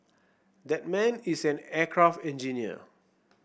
that man is an aircraft engineer